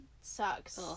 sucks